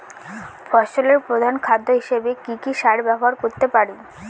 ফসলের প্রধান খাদ্য হিসেবে কি কি সার ব্যবহার করতে পারি?